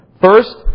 First